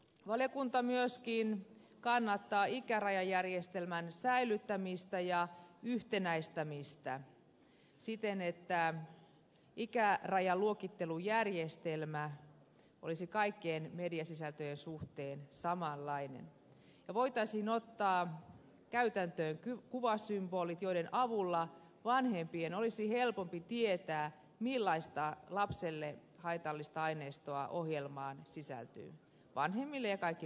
valiokunta myöskin kannattaa ikärajajärjestelmän säilyttämistä ja yhtenäistämistä siten että ikärajaluokittelujärjestelmä olisi kaikkien mediasisältöjen suhteen samanlainen ja voitaisiin ottaa käytäntöön kuvasymbolit joiden avulla vanhempien olisi helpompi tietää millaista lapselle haitallista aineistoa ohjelmaan sisältyy vanhemmille ja kaikille muillekin